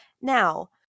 now